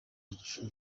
mashuri